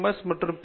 S மற்றும் B